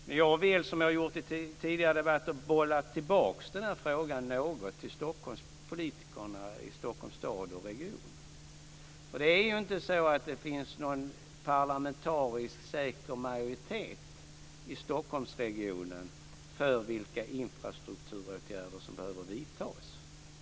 Men jag vill, som jag har gjort i tidigare debatter, bolla tillbaka denna fråga något till politikerna i Stockholms stad och region. Det är ju inte så att det finns någon parlamentariskt säker majoritet i Stockholmsregionen för vilka infrastrukturåtgärder som behöver vidtas.